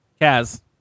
Kaz